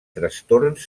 trastorns